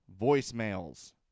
voicemails